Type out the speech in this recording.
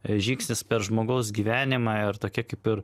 žingsnis per žmogaus gyvenimą ir tokia kaip ir